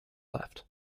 left